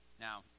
Now